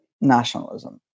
nationalism